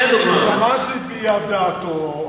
גם אז הוא הביע את דעתו,